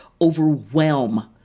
overwhelm